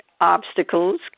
obstacles